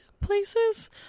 places